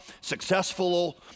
successful